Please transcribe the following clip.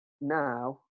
Now